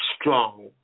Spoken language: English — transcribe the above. Strong